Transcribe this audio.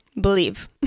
Believe